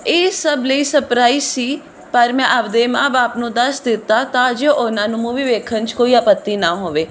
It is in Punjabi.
ਇਹ ਸਭ ਲਈ ਸਪ੍ਰਾਈਜ਼ ਸੀ ਪਰ ਮੈਂ ਆਪਣੇ ਮਾਂ ਬਾਪ ਨੂੰ ਦੱਸ ਦਿੱਤਾ ਤਾਂ ਜੋ ਉਹਨਾਂ ਨੂੰ ਮੂਵੀ ਵੇਖਣ 'ਚ ਕੋਈ ਆਪੱਤੀ ਨਾ ਹੋਵੇ